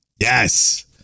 yes